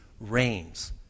reigns